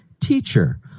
Teacher